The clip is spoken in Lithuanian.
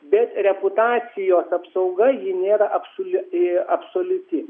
bet reputacijos apsauga ji nėra absoliuti absoliuti